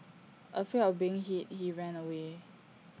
afraid of being hit he ran away